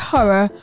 Horror